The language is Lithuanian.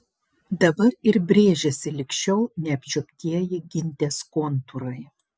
dabar ir brėžiasi lig šiol neapčiuoptieji gintės kontūrai